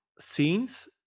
scenes